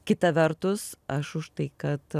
kita vertus aš už tai kad